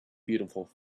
beautiful